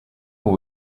will